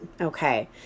Okay